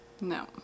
no